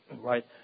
Right